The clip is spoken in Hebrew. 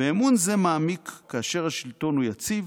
ואמון זה מעמיק כאשר השלטון הוא יציב